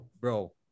Bro